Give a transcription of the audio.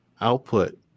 output